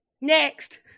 next